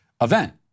event